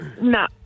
No